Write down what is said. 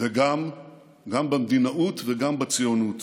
גם במדינאות וגם בציונות.